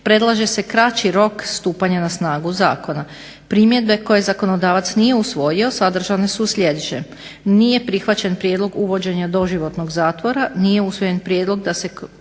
predlaže se kraći rok stupanja na snagu zakona. Primjedbe koje zakonodavac nije usvojio sadržane su u sljedećem: nije prihvaćen prijedlog uvođenja doživotnog zatvora, nije usvojen prijedlog da se